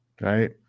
Right